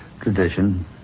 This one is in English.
Tradition